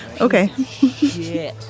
Okay